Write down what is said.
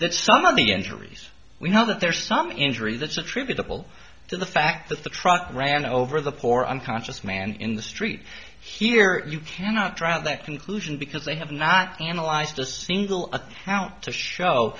that some of the injuries we know that there's some injury that's attributable to the fact that the truck ran over the poor unconscious man in the street here you cannot draw that conclusion because they have not analyzed a single how to show